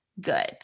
good